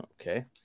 Okay